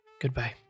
Goodbye